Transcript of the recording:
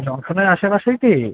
জংশনের আশেপাশেই কি